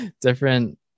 different